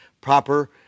proper